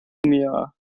mir